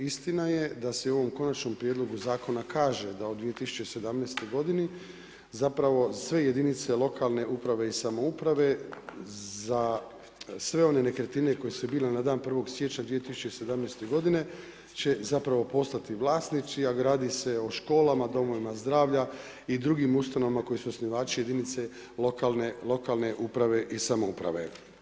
Istina je da se u ovom konačnom prijedlogu zakona kaže, da od 2017. g. zapravo sve jedinice lokalne uprave i samouprave za sve one nekretnine koje su bile na dan 1.1.2017. g. će postati vlasnici, a gradi se o školama domovima zdravlja i drugim ustanova koji su osnivači jedinice lokalne uprave i samouprave.